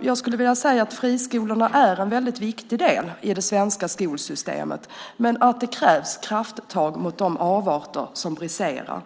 Jag skulle vilja säga att friskolorna är en väldigt viktig del av det svenska skolsystemet, men det krävs krafttag mot de avarter som briserar.